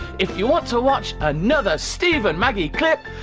if you want to watch another steve and maggie clip,